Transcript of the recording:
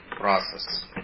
process